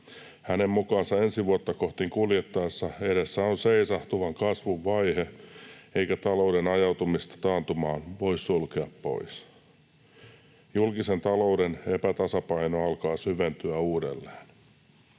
Hänen mukaansa ensi vuotta kohti kuljettaessa edessä on seisahtuvan kasvun vaihe eikä talouden ajautumista taantumaan voi sulkea pois. Julkisen talouden epätasapaino alkaa syventyä uudelleen.